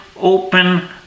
open